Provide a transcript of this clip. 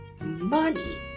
money